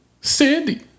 Sandy